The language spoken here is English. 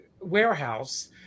Warehouse